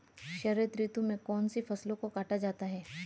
शरद ऋतु में कौन सी फसलों को काटा जाता है?